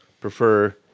prefer